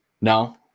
no